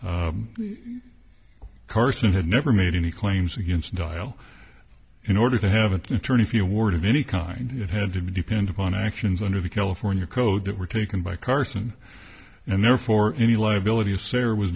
e carson had never made any claims against dial in order to have an attorney if you ward of any kind it had to depend upon actions under the california code that were taken by carson and therefore any liability astaire was